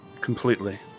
completely